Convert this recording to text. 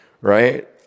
right